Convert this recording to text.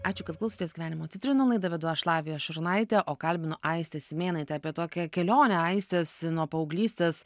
ačiū kad klausotės gyvenimo citrinų laidą vedu aš lavija šurnaitė o kalbinu aistę simėnaitę apie tokią kelionę aistės nuo paauglystės